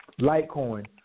Litecoin